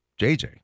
JJ